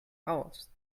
aus